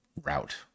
route